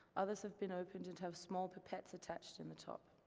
others have been opened and have small pipettes attached in the top.